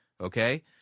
okay